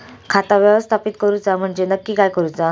खाता व्यवस्थापित करूचा म्हणजे नक्की काय करूचा?